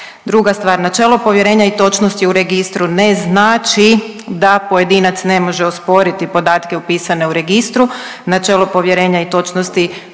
Druga stvar, načelo povjerenja i točnosti u registru ne znači da pojedinac ne može osporiti podatke upisane u registru. Načelo povjerenja i točnosti